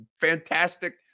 fantastic